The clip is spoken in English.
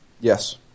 Yes